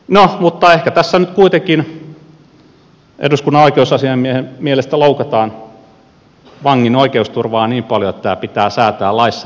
no mutta ehkä tässä nyt kuitenkin eduskunnan oikeusasiamiehen mielestä loukataan vangin oikeusturvaa niin paljon että tämä pitää säätää laissa niin että säädetään se